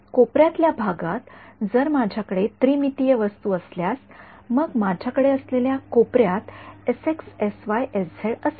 कोपऱ्यातल्या भागात जर माझ्या कडे त्रिमितीय वस्तू असल्यास मग माझ्याकडे असलेल्या कोपऱ्यात असेल